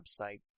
website